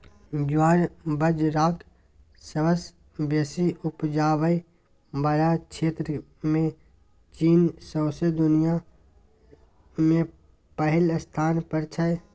ज्वार बजराक सबसँ बेसी उपजाबै बला क्षेत्रमे चीन सौंसे दुनियाँ मे पहिल स्थान पर छै